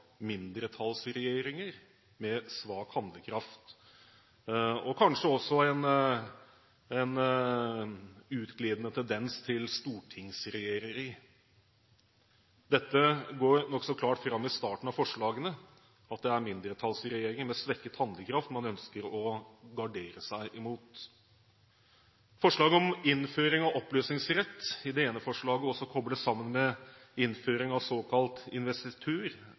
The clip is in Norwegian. mindretallsregjeringer med svak handlekraft og kanskje også en utglidende tendens til stortingsregjereri. Dette går nokså klart fram i starten av forslagene at det er mindretallsregjeringer med svekket handlekraft man ønsker å gardere seg mot. Forslaget om innføring av oppløsningsrett, det ene forslaget, koblet sammen med innføring av såkalt investitur,